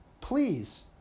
please